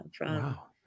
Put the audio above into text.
Wow